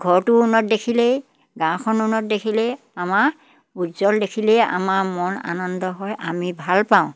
ঘৰটো উন্নত দেখিলেই গাঁওখন উন্নত দেখিলেই আমাৰ উজ্জ্বল দেখিলেই আমাৰ মন আনন্দ হয় আমি ভাল পাওঁ